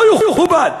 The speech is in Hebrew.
לא יכובד.